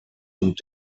und